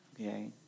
Okay